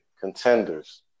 contenders